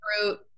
fruit